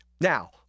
Now